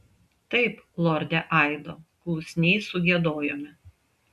taip lorde aido klusniai sugiedojome